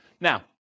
Now